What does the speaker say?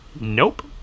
Nope